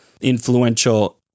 influential